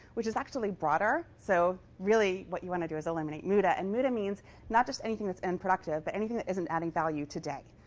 which is actually broader. so really, what you want to do is eliminated muda. and muda means not just anything that's unproductive, but anything that isn't adding value today.